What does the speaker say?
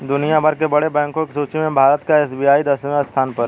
दुनिया भर के बड़े बैंको की सूची में भारत का एस.बी.आई दसवें स्थान पर है